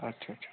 ਅੱਛਾ ਅੱਛਾ